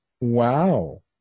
Wow